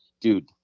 dude